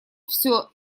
все